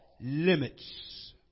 limits